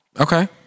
Okay